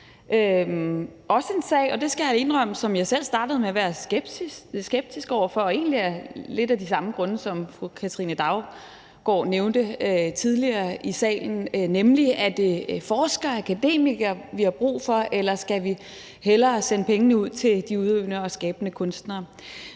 jeg indrømme – som jeg selv startede med at være skeptisk over for og egentlig af lidt de samme grunde, som fru Katrine Daugaard nævnte tidligere i salen, nemlig om det er forskere, akademikere, vi har brug for, eller om vi hellere skal sende pengene ud til de udøvende og skabende kunstnere.